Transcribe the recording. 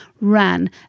ran